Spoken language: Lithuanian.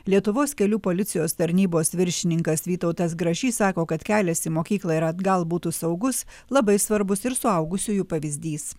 lietuvos kelių policijos tarnybos viršininkas vytautas grašys sako kad kelias į mokyklą ir atgal būtų saugus labai svarbus ir suaugusiųjų pavyzdys